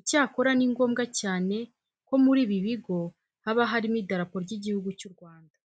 Icyakora ni ngombwa cyane ko muri ibi bigo haba harimo idarapo ry'Igihugu cy'u Rwanda.